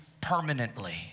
permanently